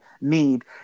need